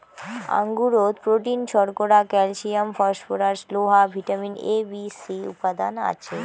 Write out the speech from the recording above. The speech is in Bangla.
আঙুরত প্রোটিন, শর্করা, ক্যালসিয়াম, ফসফরাস, লোহা, ভিটামিন এ, বি, সি উপাদান আছে